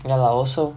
ya lah also